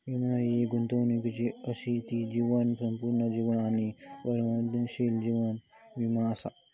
वीमो हि एक गुंतवणूक असा ती जीवन, संपूर्ण जीवन आणि परिवर्तनशील जीवन वीमो असा